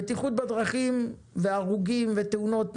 בטיחות בדרכים והרוגים ותאונות,